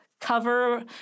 cover